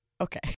Okay